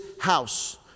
house